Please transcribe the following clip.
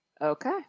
Okay